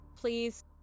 Please